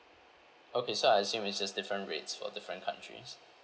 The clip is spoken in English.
okay so I assume it's just different rates for different countries